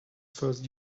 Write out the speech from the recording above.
first